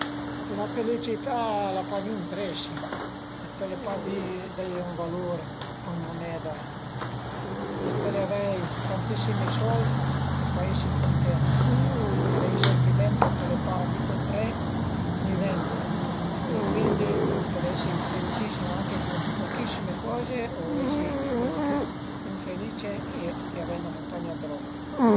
La felicità al a pa gnün presi, pöle pa di, deie ün valur ën muneda, pöle avei tantissimi sold e pa esi cuntent, al e ün sentiment che pöle pa ni cumpré ni vendi e cuindi pöle esi felicissim anche cun pochissime coze o esi del tüt infelice e avei 'na muntagna dë roba